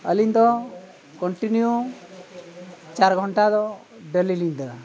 ᱟᱹᱞᱤᱧᱫᱚ ᱠᱚᱱᱴᱤᱱᱤᱭᱩ ᱪᱟᱨ ᱜᱷᱚᱱᱴᱟ ᱫᱚ ᱰᱮᱞᱤ ᱞᱤᱧ ᱫᱟᱹᱲᱟ